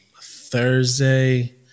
Thursday